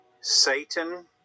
satan